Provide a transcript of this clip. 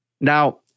Now